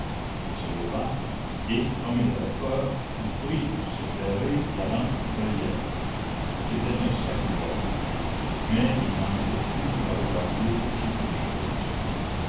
il se leva et comme il avait peur il prit pour s'éclairer la lampe du bréviaire c'était un sacrilège mais il n'en était plus à regarder à si peu de chose